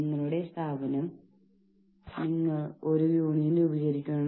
കൂടാതെ ആളുകൾ അവരുടെ അഭ്യർത്ഥനകളിൽ പ്രവർത്തിക്കുന്നില്ല